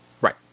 right